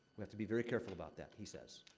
we have to be very careful about that, he says.